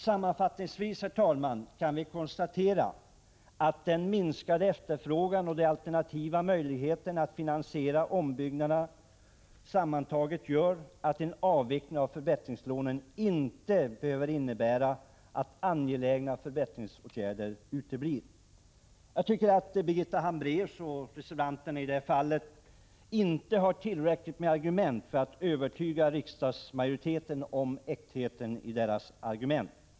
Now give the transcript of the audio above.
Sammanfattningsvis kan jag konstatera att den minskade efterfrågan och de alternativa möjligheterna att finansiera ombyggnader gör att en avveckling av förbättringslånen inte behöver innebära att angelägna förbättringsåtgärder uteblir. Jag tycker att Birgitta Hambraeus och reservanterna i övrigt inte har tillräckligt med argument för att övertyga riksdagsmajoriteten om äktheten i deras argumentation.